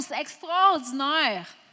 extraordinaire